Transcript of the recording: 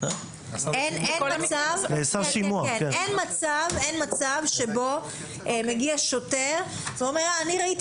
אין מצב שבו מגיע שוטר ואומר: אני ראיתי